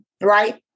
right